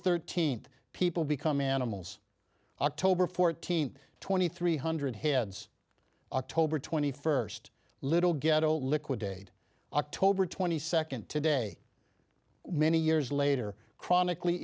thirteenth people become animals october fourteenth twenty three hundred heads october twenty first little ghetto liquidate october twenty second today many years later chronically